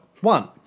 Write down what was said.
One